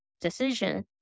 decision